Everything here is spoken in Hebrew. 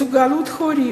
מסוגלות הורית,